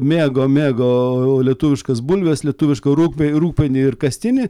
mėgo mėgo lietuviškas bulves lietuvišką rūgpie rūgpienį ir kastinį